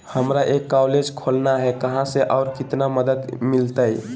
हमरा एक कॉलेज खोलना है, कहा से और कितना मदद मिलतैय?